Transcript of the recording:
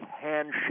handshake